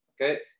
okay